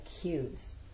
cues